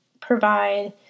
provide